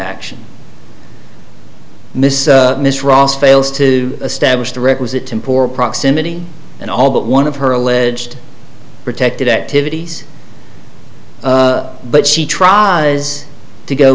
action miss miss ross fails to establish the requisite poor proximity and all but one of her alleged protected activities but she tries to go